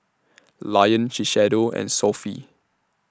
Lion Shiseido and Sofy